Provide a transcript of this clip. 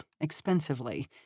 expensively